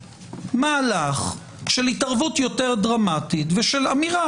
מהלך של התערבות יותר דרמטית ושל אמירה?